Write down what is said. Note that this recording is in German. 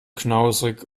knauserig